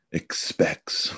expects